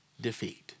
defeat